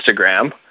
Instagram